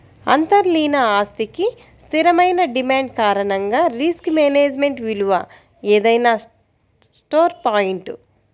అంతర్లీన ఆస్తికి స్థిరమైన డిమాండ్ కారణంగా రిస్క్ మేనేజ్మెంట్ విలువ ఏదైనా స్టోర్ పాయింట్